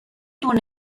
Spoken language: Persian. دور